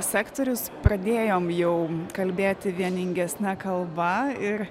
sektorius pradėjom jau kalbėti vieningesne kalba ir